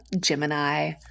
Gemini